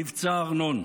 מבצע ארנון.